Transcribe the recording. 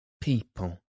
people